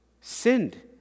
sinned